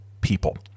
people